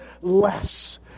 less